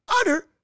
utter